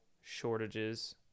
shortages